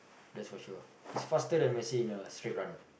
that's for sure he's faster than Messi in a straight run